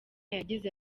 yagize